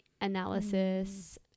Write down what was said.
analysis